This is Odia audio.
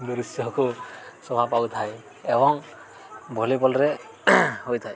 ଦୃଶ୍ୟକୁ ଶୋଭା ପାଉଥାଏ ଏବଂ ଭଲିବଲ୍ରେ ହୋଇଥାଏ